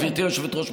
גברתי היושבת-ראש,